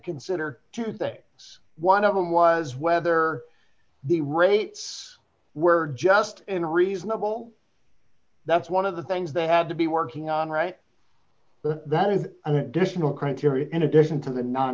consider today is one of them was whether the rates were just in a reasonable that's one of the things they had to be working on right but that is an additional criteria in addition to the non